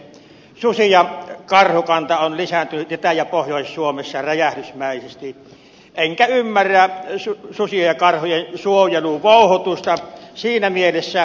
susi ja karhukanta on lisääntynyt itä ja pohjois suomessa räjähdysmäisesti enkä ymmärrä vouhotusta susien ja karhujen suojelusta siinä mielessä